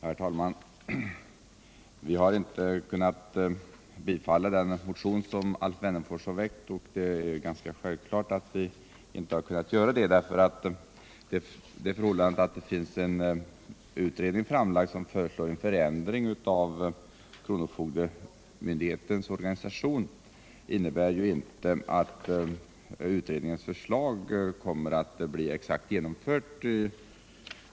Herr talman! Vi har inte kunnat biträda den motion som Alf Wennerfors väckt. Det är ganska självklart att vi inte kunnat göra det, för det förhållandet att en utredning framlagt förslag om en förändring av kronofogdemyndigheternas organisation innebär ju inte att utredningens förslag kommer att bli helt genomfört.